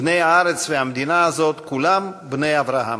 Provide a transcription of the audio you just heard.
בני הארץ והמדינה הזאת, כולם בני אברהם.